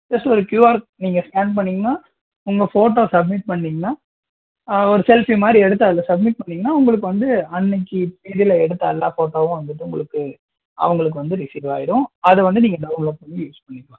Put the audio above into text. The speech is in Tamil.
ஜஸ்ட்டு ஒரு க்யூஆர் நீங்கள் ஸ்கேன் பண்ணிங்கனால் உங்கள் ஃபோட்டோ சப்மிட் பண்ணிங்கனால் ஒரு செல்ஃபி மாதிரி எடுத்து அதில் சப்மிட் பண்ணிங்கனால் உங்களுக்கு வந்து அன்னைக்கு த்ரீடிலே எடுத்த எல்லா ஃபோட்டோவும் வந்துரும் உங்களுக்கு அவங்களுக்கு வந்து ரிஸீவ் ஆகிடும் அது வந்து நீங்கள் டவுன்லோட் பண்ணி யூஸ் பண்ணிக்கலாம்